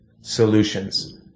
solutions